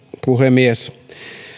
puhemies